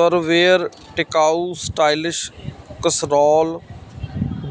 Trueware ਟਿਕਾਊ styles casserole